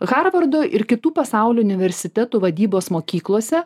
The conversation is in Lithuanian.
harvardo ir kitų pasaulio universitetų vadybos mokyklose